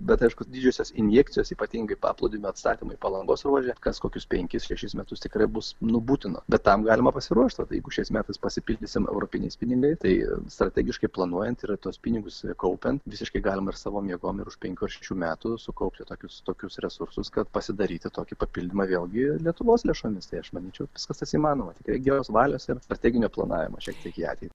bet aišku didžiosios injekcijos ypatingai paplūdimio atsakymui palangos ruože kas kokius penkis šešis metus tikrai bus nu būtinos bet tam galima pasiruošt jeigu šis metas pasipildysime europiniais pinigais tai strategiškai planuojant ir tuos pinigus kaupiant visiškai galima ir savo jėgom ir penkių ar šešių metų sukaupti tokius tokius resursus kad pasidaryti tokį papildymą vėlgi lietuvos lėšomistai aš manyčiau viskas tas įmanoma reikia geros valios ir strateginio planavimo šiek tiek į ateitį